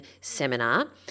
seminar